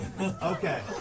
Okay